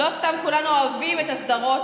לא סתם כולנו אוהבים את הסדרות,